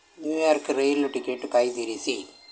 New York rail ticket ಕಾಯ್ದಿರಿಸಿ